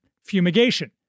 fumigation